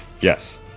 Yes